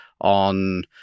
on